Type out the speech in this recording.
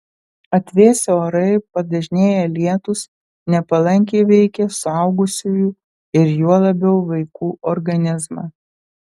atvėsę orai padažnėję lietūs nepalankiai veikia suaugusiųjų ir juo labiau vaikų organizmą